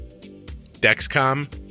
Dexcom